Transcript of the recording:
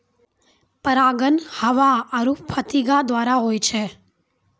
परागण हवा आरु फतीगा द्वारा होय छै